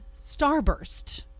Starburst